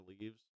leaves